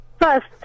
First